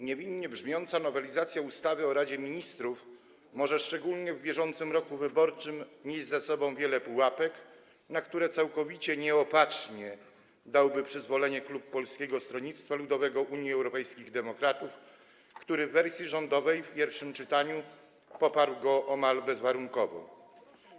Niewinnie brzmiąca nowelizacja ustawy o Radzie Ministrów może szczególnie w bieżącym roku wyborczym nieść za sobą wiele pułapek, na które całkowicie nieopatrznie dałby przyzwolenie klub Polskiego Stronnictwa Ludowego - Unii Europejskich Demokratów, który w wersji rządowej w pierwszym czytaniu poparł go omal bezwarunkowo.